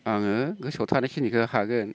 आङो गोसोआव थानायखिनिखो हागोन